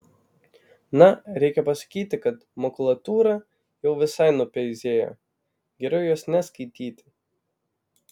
na reikia pasakyti kad makulatūra jau visai nupeizėjo geriau jos neskaityti